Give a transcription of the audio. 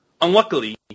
Unluckily